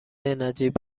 نجیب